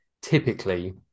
Typically